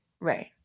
Right